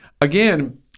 again